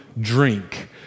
drink